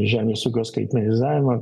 žemės ūkio skaitmenizavimą